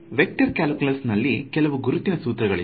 vector calculus ನಲ್ಲಿ ಕೆಲವು ಗುರುತಿನ ಸೂತ್ರಗಳು ಇವೆ